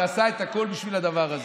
ועשה הכול בשביל הדבר הזה.